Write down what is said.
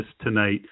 tonight